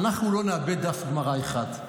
אנחנו לא נאבד דף גמרא אחד.